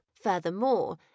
Furthermore